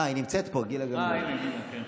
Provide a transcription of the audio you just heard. השרה גילה גמליאל נמצאת פה.